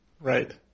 Right